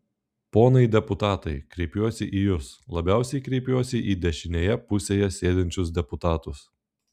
ponai deputatai kreipiuosi į jus labiausiai kreipiuosi į dešinėje pusėje sėdinčius deputatus